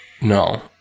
No